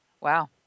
Wow